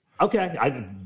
Okay